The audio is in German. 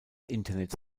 internets